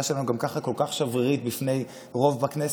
שלנו גם כך כל כך שברירית בפני רוב בכנסת,